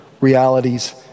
realities